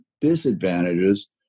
disadvantages